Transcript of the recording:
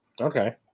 Okay